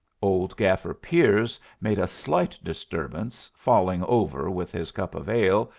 old gaffer piers made a slight disturbance falling over with his cup of ale,